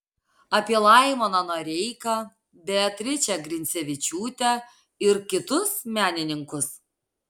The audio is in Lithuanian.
apie laimoną noreiką beatričę grincevičiūtę ir kitus menininkus